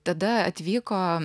tada atvyko